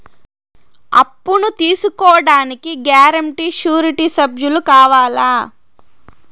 అప్పును తీసుకోడానికి guarantee, surety సభ్యులు కావాలా?